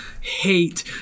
hate